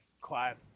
Quiet